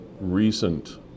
recent